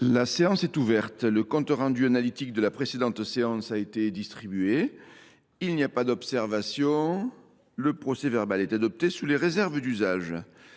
La séance est ouverte. Le compte rendu analytique de la précédente séance a été distribué. Il n’y a pas d’observation ?… Le procès verbal est adopté sous les réserves d’usage.